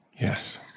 Yes